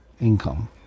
income